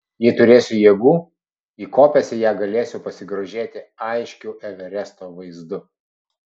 jei turėsiu jėgų įkopęs į ją galėsiu pasigrožėti aiškiu everesto vaizdu